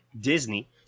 Disney